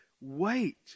wait